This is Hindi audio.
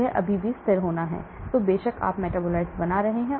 यह अभी भी स्थिर होना है तो बेशक आप मेटाबोलाइट्स बना रहे हैं